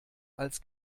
als